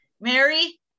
mary